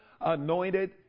anointed